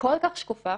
כל כך שקופה